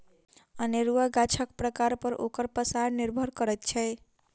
अनेरूआ गाछक प्रकार पर ओकर पसार निर्भर करैत छै